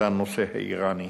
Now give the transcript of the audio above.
זה הנושא האירני.